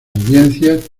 audiencias